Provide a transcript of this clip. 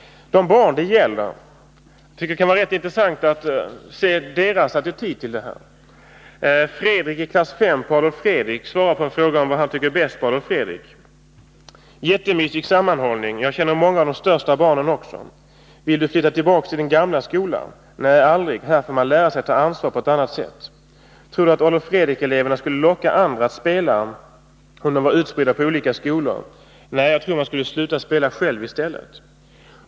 Jag tycker att det kan vara rätt intressant att se de barns attityd som det gäller. Fredrik i klass 5 svarar på en fråga om vad han tycker är bäst i Adolf Fredriks musikskola: —- Jättemysig sammanhållning. Jag känner många av dom största barnen också. - Vill du flytta tillbaks till din gamla skola? - Nej, aldrig. Här får man lära sig ta ansvar på ett annat sätt. — Tror du att Adolf Fredrik-eleverna skulle locka andra att spela om de var utspridda på olika skolor? —- Nej, jag tror att man skulle sluta spela själv i stället.